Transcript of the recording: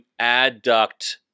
adduct